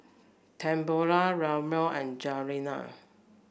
Tamala Lemuel and Juliana